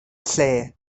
lle